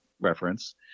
reference